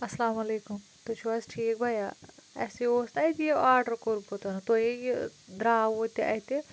اَسلامُ علیکُم تُہۍ چھُو حظ ٹھیٖک بَیا اَسہِ اوس نہ اَتہِ یہِ آرڈَر کوٚرمُت تۄہہِ یہِ درٛاوٕ تہِ اَتہِ